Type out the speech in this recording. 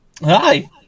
Hi